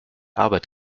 arbeit